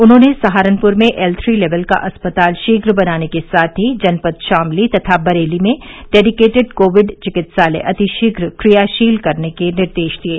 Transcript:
उन्होंने सहारनपुर में L three level का अस्पताल शीघ्र बनाने के साथ ही जनपद शामली तथा बरेली में डेडिकेटेड कोविड चिकित्सालय अतिशीघ्र क्रियाशील करने के निर्देश दिये